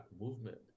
movement